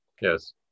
Yes